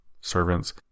servants